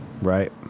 Right